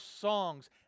songs